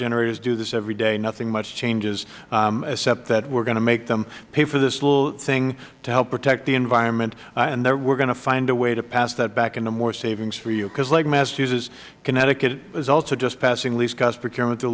generators do this every day nothing much changes except that we're going to make them pay for this little thing to help protect the environment and we're going to find a way to pass that back into more savings for you because like massachusetts connecticut is also just passing least